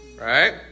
Right